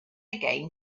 again